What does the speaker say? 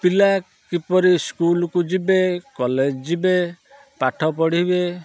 ପିଲା କିପରି ସ୍କୁଲ୍ କୁ ଯିବେ କଲେଜ୍ ଯିବେ ପାଠ ପଢ଼ିବେ